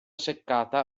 seccata